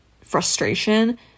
frustration